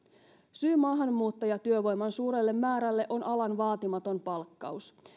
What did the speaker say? syy maahanmuuttajatyövoiman suurelle määrälle on alan vaatimaton palkkaus